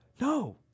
No